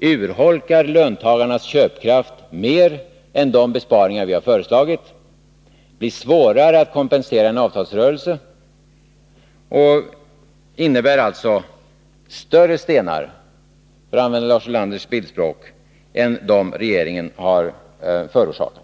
urholkar löntagarnas köpkraft mer än de besparingar som vi har föreslagit och blir svårare att kompensera i en avtalsrörelse. De är alltså större stenar — för att återigen använda Lars Ulanders bildspråk — än de regeringen har föreslagit.